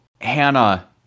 Hannah